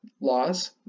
laws